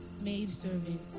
maidservant